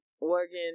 organ